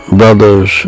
brothers